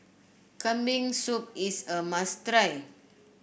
Kambing Soup is a must try